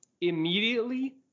immediately